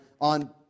on